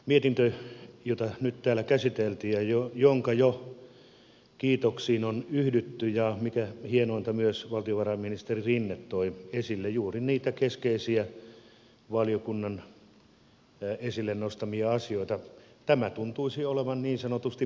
mietintö jota nyt täällä käsiteltiin ja jonka kiitoksiin on jo yhdytty ja mikä hienointa myös valtiovarainministeri rinne toi esille juuri niitä keskeisiä valiokunnan esille nostamia asioita tuntuisi olevan niin sanotusti pulkassa